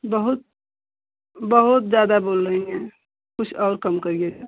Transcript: बहुत बहुत ज्यादा बोल रही हैं कुछ और कम करिएगा